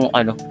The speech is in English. ano